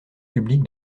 public